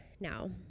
now